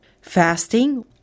Fasting